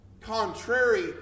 contrary